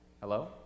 Hello